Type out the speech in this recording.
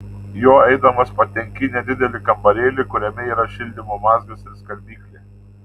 juo eidamas patenki į nedidelį kambarėlį kuriame yra šildymo mazgas ir skalbyklė